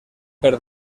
per